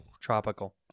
Tropical